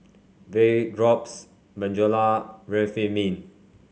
Vapodrops Bonjela Remifemin